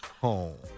home